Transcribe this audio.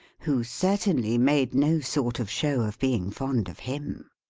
who certainly made no sort of show of being fond of him.